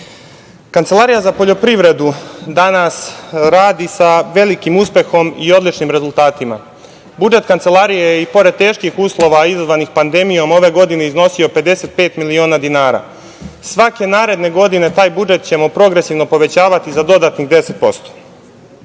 prevare. Kancelarija za poljoprivredu danas radi sa velikim uspehom i odličnim rezultatima. Budžet Kancelarije i pored teških uslova izazvanih pandemijom ove godine je iznosio 55 miliona dinara. Svake naredne godine taj budžet ćemo progresivno povećavati za dodatnih